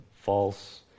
false